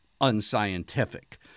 unscientific